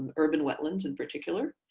but urban wetlands in particular,